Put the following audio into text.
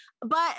But-